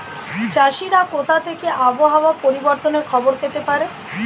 চাষিরা কোথা থেকে আবহাওয়া পরিবর্তনের খবর পেতে পারে?